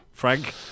Frank